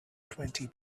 twenty